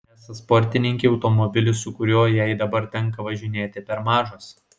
esą sportininkei automobilis su kuriuo jai dabar tenka važinėti per mažas